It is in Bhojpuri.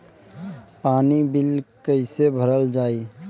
पानी बिल कइसे भरल जाई?